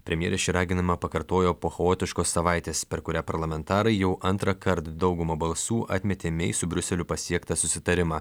premjerė šį raginimą pakartojo po chaotiškos savaitės per kurią parlamentarai jau antrąkart dauguma balsų atmetė nei su briuseliu pasiektą susitarimą